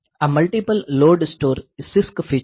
આ multiple load store એ CISC feature છે